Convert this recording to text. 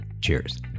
Cheers